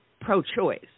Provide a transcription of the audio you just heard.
pro-choice